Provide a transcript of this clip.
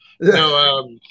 No